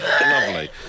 Lovely